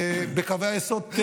בקווי היסוד,